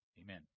Amen